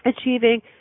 achieving